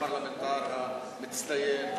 הפרלמנטר המצטיין?